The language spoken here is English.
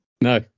no